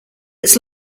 its